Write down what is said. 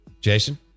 Jason